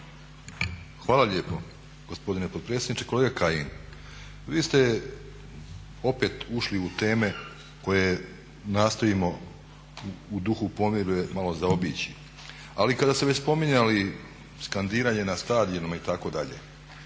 Hvala lijepo gospodine potpredsjedniče. Kolega Kajin vi ste opet ušli u teme koje nastojimo u duhu pomirbe malo zaobići. Ali kada ste već spominjali skandiranje na stadionima itd., dakle